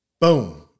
boom